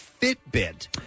Fitbit